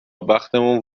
بختمون